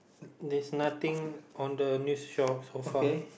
there's nothing on the news shelf so far